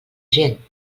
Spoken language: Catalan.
gent